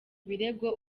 birego